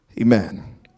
amen